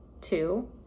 two